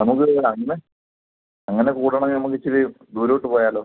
നമുക്ക് ആ ഇന്ന് അങ്ങനെ കൂടണേൽ നമുക്കിച്ചിരി ദൂരോട്ട് പോയാലോ